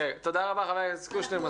תודה רבה חבר הכנסת קושניר.